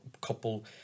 couple